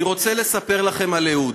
אני רוצה לספר לכם על אהוד.